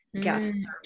guests